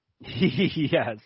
Yes